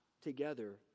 together